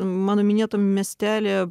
mano minėtam miestelyje